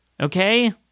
Okay